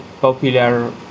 popular